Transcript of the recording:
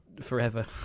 Forever